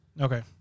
Okay